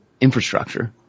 infrastructure